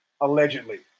allegedly